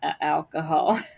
alcohol